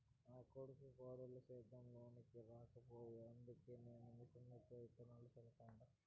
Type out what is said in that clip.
నా కొడుకు కోడలు సేద్యం లోనికి రాకపాయె అందుకే నేను మిషన్లతో ఇత్తనాలు చల్లతండ